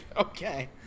Okay